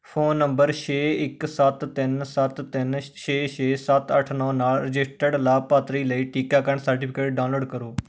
phone number ਛੇ ਇੱਕ ਸੱਤ ਤਿੰਨ ਸੱਤ ਤਿੰਨ ਛੇ ਛੇ ਸੱਤ ਅੱਠ ਨੌਂ ਨਾਲ ਰਜਿਸਟਰਡ ਲਾਭਪਾਤਰੀ ਲਈ ਟੀਕਾਕਰਨ ਸਰਟੀਫਿਕੇਟ ਡਾਊਨਲੋਡ ਕਰੋ